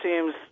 seems